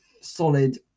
solid